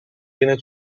tiene